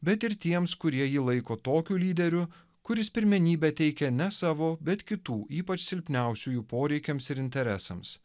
bet ir tiems kurie jį laiko tokiu lyderiu kuris pirmenybę teikia ne savo bet kitų ypač silpniausiųjų poreikiams ir interesams